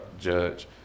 judge